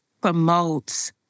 promotes